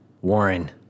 Warren